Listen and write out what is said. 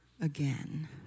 again